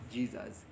Jesus